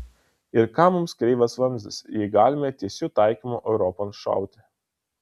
ir kam mums kreivas vamzdis jei galime tiesiu taikymu europon šauti